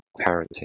parenting